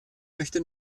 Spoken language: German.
möchte